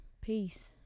peace